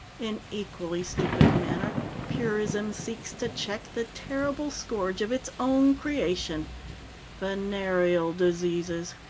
in equally stupid manner purism seeks to check the terrible scourge of its own creation venereal diseases.